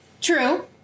True